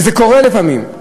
וזה קורה לפעמים.